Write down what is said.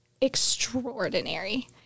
extraordinary